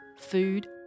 food